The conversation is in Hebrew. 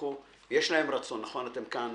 יש להם רצון אתם כאן,